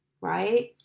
right